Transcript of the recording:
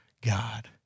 God